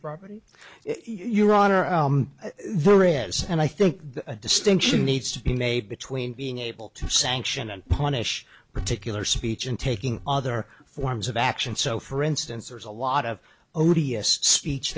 property your honor there is and i think the distinction needs to be made between being able to sanction and punish particular speech and taking other forms of action so for instance there's a lot of